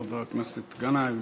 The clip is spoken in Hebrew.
חבר הכנסת גנאים.